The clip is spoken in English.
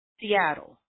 Seattle